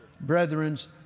brethren's